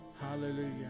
Hallelujah